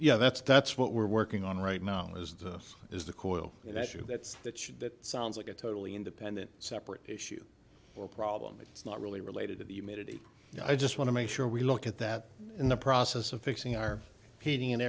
yeah that's that's what we're working on right now as this is the coil issue that's that should that sounds like a totally independent separate issue or problem it's not really related to the humidity i just want to make sure we look at that in the process of fixing our heating and